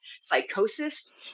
psychosis